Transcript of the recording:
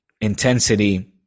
intensity